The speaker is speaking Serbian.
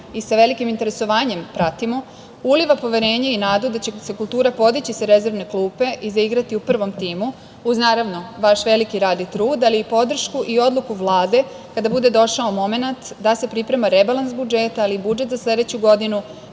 i sa velikim interesovanjem pratimo, uliva poverenje i nadu da će se kultura podići sa rezervne klupe i zaigrati u prvom timu uz, naravno, vaš veliki rad i trud, ali i podršku i odluku Vlade kada bude došao momenat da se priprema rebalans budžeta ali i budžet za sledeću godinu,